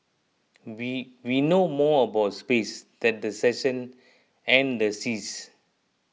we we know more about space than the seasons and the seas